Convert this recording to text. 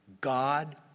God